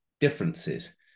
differences